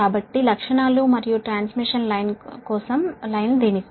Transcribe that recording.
కాబట్టి లక్షణాలు మరియు ట్రాన్స్మిషన్ లైన్ దీని కోసం